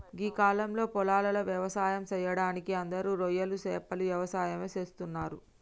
గీ కాలంలో పొలాలలో వ్యవసాయం సెయ్యడానికి అందరూ రొయ్యలు సేపల యవసాయమే చేస్తున్నరు